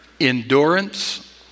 endurance